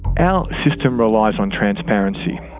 our system relies on transparency.